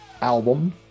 album